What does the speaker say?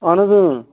اَہَن حظ